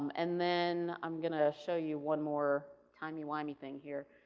and then, i'm going to show you one more timey wimey thing here.